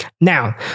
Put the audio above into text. Now